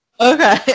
Okay